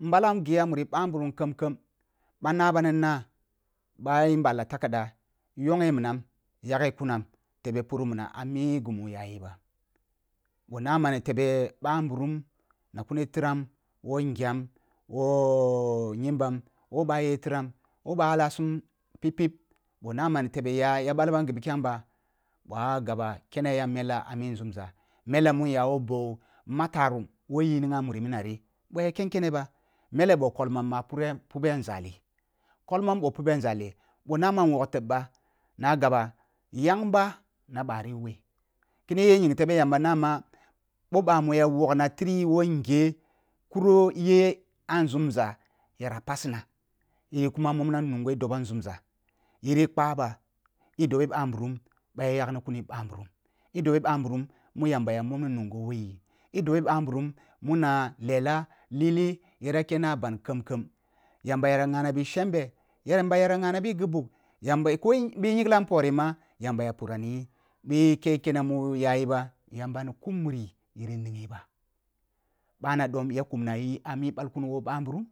Nbulam ghi a muri ba nburum khem-khem ɓa na ɓam nina ɓa nɓala takaja yonghe minam yaghe kunam tebe puri minam ah mi ghi mu ya ji ba boh na ma nitebe lau nburum na kuni tiram woh ngyam weh nyimbam woh bayeh tiram woh ɓah lah sum fifib bou na ma ni tebe gah ya nabam ghi ɓakeng ba ɓoh ah gaba kene yam mela ah mi nzumza mela mu nya woh boh matarum woh nyinring a muri mini nari boh ya ken kene mele boh kolmam ma pubeh ah nzali komam beh pubeh ah nzəi boh nama nwok teb ba na gaba yang ba na bhari weh kini yi nying tebe jamba na. Ma boh ba na wog na tire woh ngye kuro ye ya pasina ah nzumza yara pasina kuma momna nunghre debo nzumza yiri kpa ba i dobe ɓah nburum ɓa nburum mu yamba ja momna nungo woyi i dobe ɓanburum muna lela lili yera kena ban khem-khem yamba yera ngha na bi shembe yamba ya ngha na bi ghi bug yamba ya ko bhi nyingla npori ma yamba ya pura ni yi bhi yi keh kene mu yayi ba yamba ni ku muri yi ninghi ba ɓa na ɗom ya kumna yi ami ɓalkun woh ɓah nburum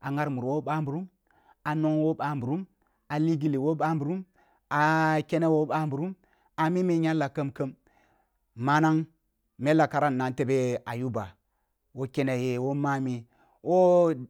ah nghar muru moh ɓahnburum ah nong woh ɓah nburum ah li gilli woh bah nburum ah kene woh ɓah nburum ah mum nyella khem-khem manang mella kara nnam tebeh eyuba woh kene ye woh mami boh.